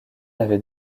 avait